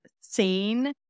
seen